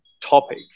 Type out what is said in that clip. topic